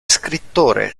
scrittore